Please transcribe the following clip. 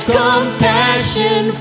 compassion